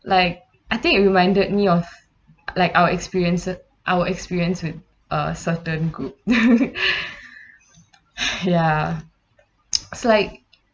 like I think it reminded me of like our experience our experience with a certain group ya it's like